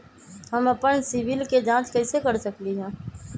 हम अपन सिबिल के जाँच कइसे कर सकली ह?